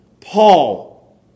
Paul